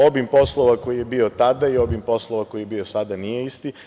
Obim poslova koji je bio tada i obim poslova koji je bio sada nije isti.